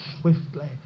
swiftly